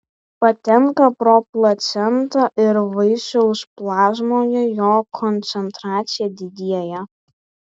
patenka pro placentą ir vaisiaus plazmoje jo koncentracija didėja